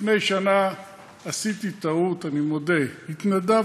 לפני שנה עשיתי טעות, אני מודה, התנדבתי.